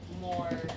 more